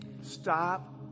Stop